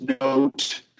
note